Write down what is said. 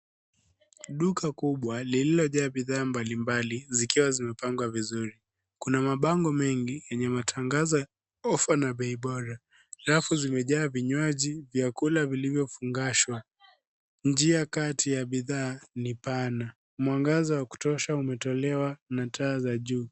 Duka kubwa lililojaa bidhaa mbalimbali zikiwa zimepangwa vizuri, kuna mabango mengi enye matangazo ya ofa na bei bora. Rafu zimejaa vinywaji, vyakula vilivyofungashwa, njia kati ya bidhaa ni pana, mwangaza wa kutosha umetolewa na taa za juu.